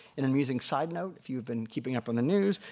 an amusing side note, if you've been keeping up on the news,